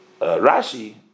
Rashi